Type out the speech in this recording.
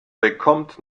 bekommt